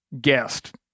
guest